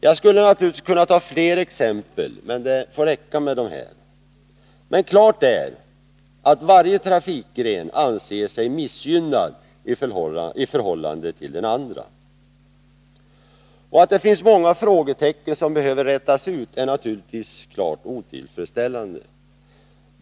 Jag skulle naturligtvis kunna ta fler exempel, men det får räcka med dessa. Men klart är att varje trafikgren anser sig missgynnad i förhållande till andra. Det är naturligtvis klart otillfredsställande att det finns så många frågetecken som behöver klaras ut.